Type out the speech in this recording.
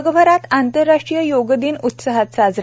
जगभरात आंतरराष्ट्रीय योग दिन उत्साहात साजरा